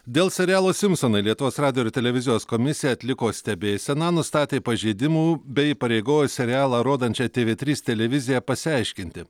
dėl serialo simsonai lietuvos radijo ir televizijos komisija atliko stebėseną nustatė pažeidimų bei įpareigojo serialą rodančią tv trys televiziją pasiaiškinti